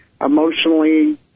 emotionally